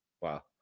Wow